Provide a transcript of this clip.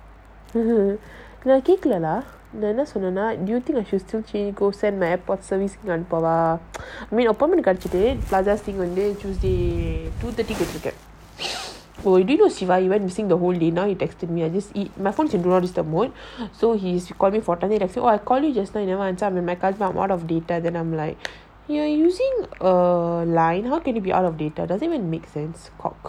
நான்கேட்கலலநான்என்னசொன்னேனா:nan ketkalala nan enna sonnena do you think I should still change go send my airpod servicing அனுப்பவா:anupava you went missing the whole day now you texting me I just eat my phone is on do not disturb mode so he's been calling me for thirty minutes !wah! I call him yesterday then the I'm like you are using err line how can be out of data does it even make sense